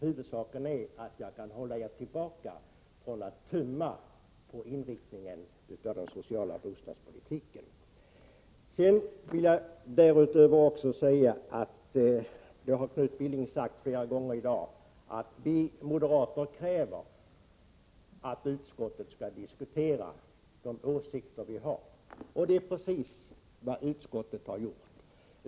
Huvudsaken är att jag kan hålla er tillbaka, hindra er från att tumma på inriktningen av den sociala bostadspolitiken. Knut Billing har flera gånger i dag sagt: Vi moderater kräver att utskottet skall diskutera de åsikter som vi har. Det är exakt vad utskottet har gjort.